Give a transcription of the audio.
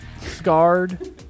scarred